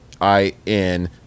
I-N